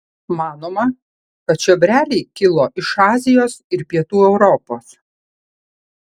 manoma kad čiobreliai kilo iš azijos ir pietų europos